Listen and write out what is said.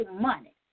money